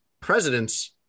Presidents